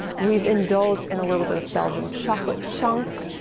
we've indulged in a little bit of belgian chocolate chunks,